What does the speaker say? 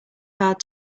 hard